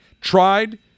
tried